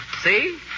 See